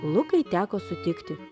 lukai teko sutikti